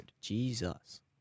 Jesus